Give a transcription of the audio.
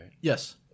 yes